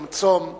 יום צום,